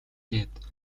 гээд